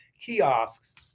Kiosks